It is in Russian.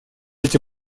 эти